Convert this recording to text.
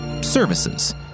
services